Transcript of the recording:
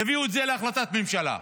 יביאו את זה להחלטת ממשלה.